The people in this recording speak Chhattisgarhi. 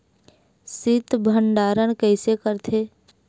शीत भंडारण कइसे करथे?